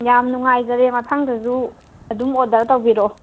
ꯌꯥꯝ ꯅꯨꯡꯉꯥꯏꯖꯔꯦ ꯃꯊꯪꯗꯁꯨ ꯑꯗꯨꯝ ꯑꯣꯗꯔ ꯇꯧꯕꯤꯔꯛꯑꯣ